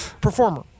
performer